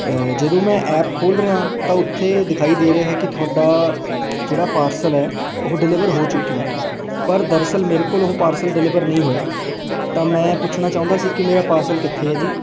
ਜਦੋਂ ਮੈਂ ਐਪ ਖੋਲ੍ਹ ਰਿਹਾ ਤਾਂ ਉੱਥੇ ਦਿਖਾਈ ਦੇ ਰਿਹਾ ਹੈ ਕਿ ਤੁਹਾਡਾ ਜਿਹੜਾ ਪਾਰਸਲ ਹੈ ਉਹ ਡਿਲੀਵਰ ਹੋ ਚੁੱਕਿਆ ਹੈ ਪਰ ਦਰਅਸਲ ਮੇਰੇ ਕੋਲ ਉਹ ਪਾਰਸਲ ਡਿਲੀਵਰ ਨਹੀਂ ਹੋਇਆ ਤਾਂ ਮੈਂ ਪੁੱਛਣਾ ਚਾਹੁੰਦਾ ਸੀ ਕਿ ਮੇਰਾ ਪਾਰਸਲ ਕਿੱਥੇ ਹੈ ਜੀ